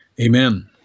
amen